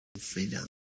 freedom